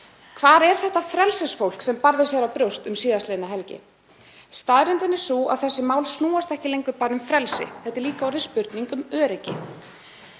Hvar er þetta frelsisfólk sem barði sér á brjóst um síðastliðna helgi? Staðreyndin er sú að þessi mál snúast ekki lengur um frelsi. Þetta er líka orðin spurning um öryggi.